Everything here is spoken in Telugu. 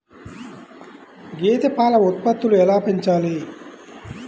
గేదె పాల ఉత్పత్తులు ఎలా పెంచాలి?